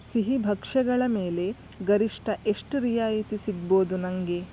ಸಿಹಿ ಭಕ್ಷ್ಯಗಳ ಮೇಲೆ ಗರಿಷ್ಠ ಎಷ್ಟು ರಿಯಾಯಿತಿ ಸಿಗಬೌದು ನನಗೆ